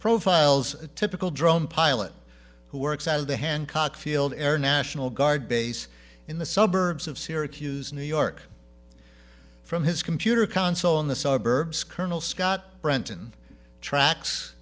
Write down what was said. profiles a typical drone pilot who works out of the hancock field air national guard base in the suburbs of syracuse new york from his computer console in the suburbs colonel scott brenton tracks